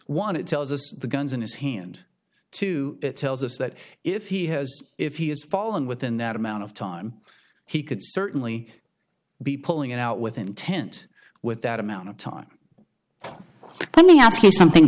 one it tells us the guns in his hand two tells us that if he has if he has fallen within that amount of time he could certainly be pulling it out with intent with that amount of time let me ask you something